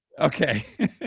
Okay